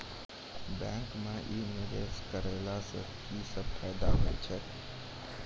बैंको माई निवेश कराला से की सब फ़ायदा हो छै?